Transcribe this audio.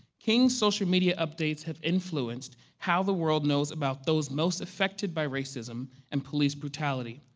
king's social media updates have influenced how the world knows about those most affected by racism and police brutality.